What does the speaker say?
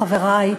חברי,